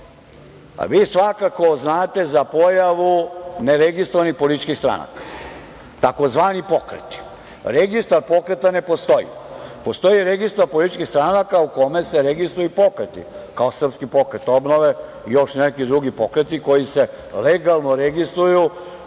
vi svakako znate za pojavu neregistrovanih političkih stranaka tzv. pokreti. Registar pokreta ne postoji. Postoji Registar političkih stranaka u kome se registruju pokreti kao SPO i još neki drugi pokreti koji se legalno registruju